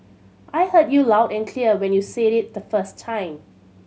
I heard you loud and clear when you said it the first time